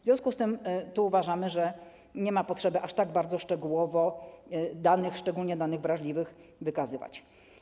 W związku z tym uważamy, że nie ma potrzeby aż tak bardzo szczegółowo danych, zwłaszcza danych wrażliwych, wykazywać.